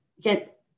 get